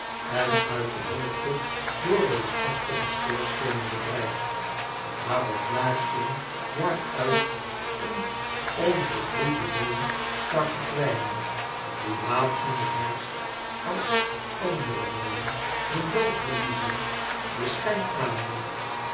en uit de hoogte door reusachtige schoorsteenen bedreigd waarop jaar in jaar uit een onvolgroeide boom staat te kwijnen die laat in den herfst als andere boomen hun loof verliezen den schijn aanneemt